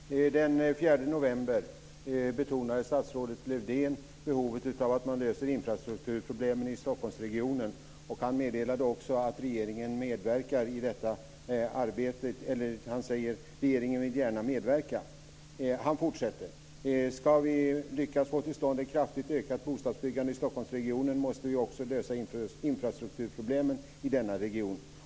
Fru talman! Den 4 november betonade statsrådet Lövdén behovet av att man löser infrastrukturproblemen i Stockholmsregionen. Han sade också att regeringen gärna vill medverka i detta. Han fortsätter: "Ska vi lyckas få till stånd ett kraftigt ökat bostadsbyggande i Stockholmsregionen måste vi också lösa infrastrukturproblemen i denna region.